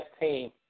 team